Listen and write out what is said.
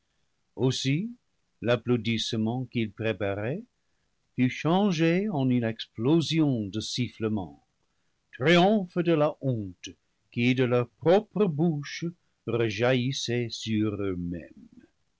aussi l'applaudissement qu'ils préparaient fut changé en une explosion de sifflements triomphe de la honte qui de leurs propres bouches rejaillissait sur eux-mêmes